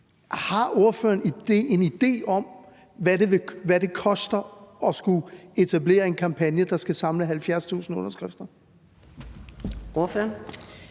Har ordføreren en idé om, hvad det koster at skulle etablere en kampagne, der skal samle 70.000 underskrifter?